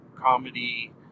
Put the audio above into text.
comedy